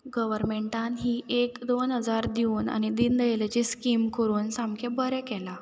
गवरमेंटान ही एक दोन हजार दिवन आनी दिन दयालाचें स्कीम करून सामकें बरें केलां